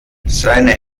seine